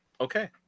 Okay